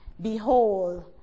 Behold